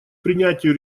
принятию